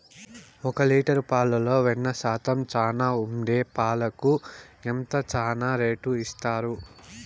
ఒక లీటర్ పాలలో వెన్న శాతం చానా ఉండే పాలకు ఎంత చానా రేటు ఇస్తారు?